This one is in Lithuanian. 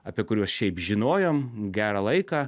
apie kuriuos šiaip žinojom gerą laiką